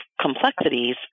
complexities